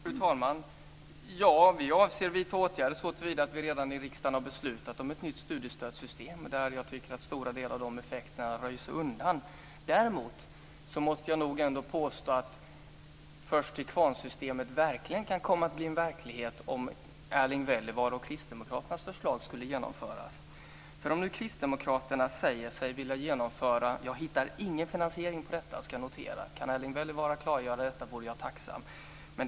Fru talman! Vi avser att vidta åtgärder såtillvida att vi redan i riksdagen har beslutat om ett nytt studiestödssystem. Jag tycker att stora delar av de effekterna röjs undan. Däremot måste jag påstå att först-till-kvarnsystemet kan komma att bli en verklighet om Erling Wälivaaras och kristdemokraternas förslag skulle genomföras. Jag hittar ingen finansiering för detta. Kan Erling Wälivaara klargöra detta vore jag tacksam.